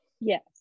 Yes